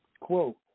quote